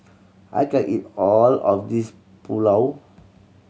I can't eat all of this Pulao